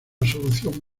solución